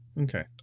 Okay